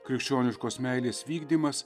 krikščioniškos meilės vykdymas